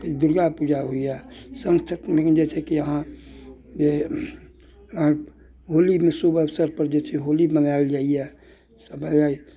दुर्गापूजा होइया सरस जइसे कि हाँ जे होलीमे शुभ अवसर पर जे छै होली मनायल जाइया सभ